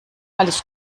alles